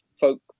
folk